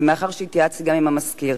ומאחר שהתייעצתי גם עם המזכיר,